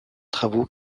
travaux